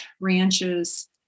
ranches